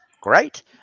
great